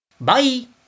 Bye